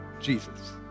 Jesus